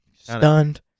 stunned